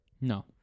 No